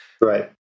right